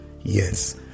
Yes